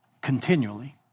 continually